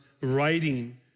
writing